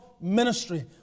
ministry